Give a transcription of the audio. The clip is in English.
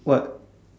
what